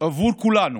עבור כולנו